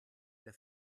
der